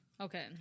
Okay